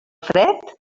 fred